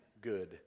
good